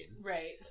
Right